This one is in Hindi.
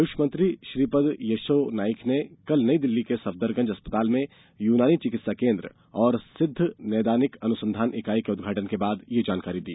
आयुष मंत्री श्रीपद येसो नाइक ने कल नई दिल्ली के सफदरजंग अस्पताल में यूनानी चिकित्सा केन्द्र और सिद्ध नैदानिक अनुसंधान इकाई के उदघाटन के बाद यह जानकारी दी